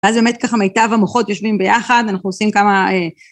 ואז באמת ככה מיטב המוחות יושבים ביחד, אנחנו עושים כמה...